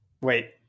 Wait